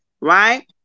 Right